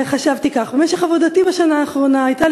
וחשבתי כך: במשך עבודתי בשנה האחרונה הייתה